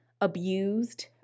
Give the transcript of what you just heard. abused